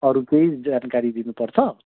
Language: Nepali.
अरू केही जानकारी दिनुपर्छ